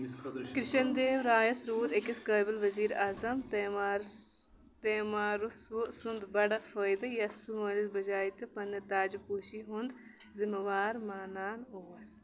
کرشَن دیو رایَس روٗد أکِس قٲبِل ؤزیٖر اَعظم تمار تیمارٟ سُنٛد بڑٕ فٲیدٕ یَس سُہ مٲلِس بَجاے تہِ پننہِ تاج پوٗشی ہُنٛد ذِمہٕ وار مانان اوس